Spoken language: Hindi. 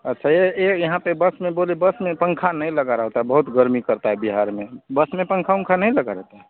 अच्छा यह यह यहाँ पर बस में बोले बस में पंखा नहीं लगा रहता है बहुत गर्मी पड़ती है बिहार में बस में पंखा उंखा नहीं लगा रहता है